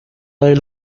del